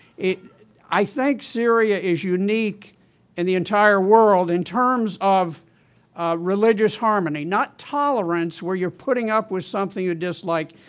i think syria is unique in the entire world, in terms of religious harmony. not tolerance, where you are putting up with something you dislike,